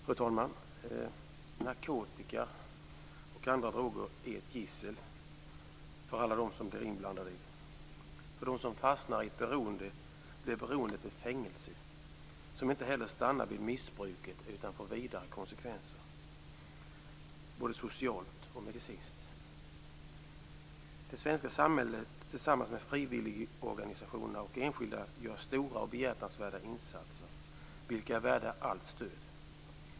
Fru talman! Narkotika och andra droger är ett gissel för alla dem som blir inblandade i sådant. För dem som fastnar i ett beroende blir beroendet ett fängelse som inte stannar vid missbruket utan som får vidare konsekvenser, både socialt och medicinskt. Det svenska samhället gör tillsammans med frivilligorganisationer och enskilda stora och behjärtansvärda insatser, vilka är värda allt stöd.